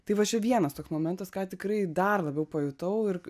tai va čia vienas toks momentas ką tikrai dar labiau pajutau ir